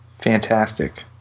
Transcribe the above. Fantastic